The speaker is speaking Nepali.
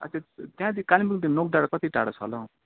आच्छा त्यहाँदेखि कालिम्पोङदेखि नोकडाँडा कति टाढो छ होला हौ